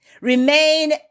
Remain